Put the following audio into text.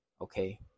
Okay